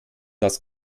das